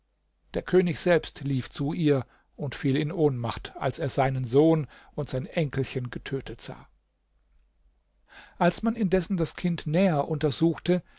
der könig selbst lief zu ihr und fiel in ohnmacht als er seinen sohn und sein enkelchen getötet sah als man indessen das kind näher untersuchte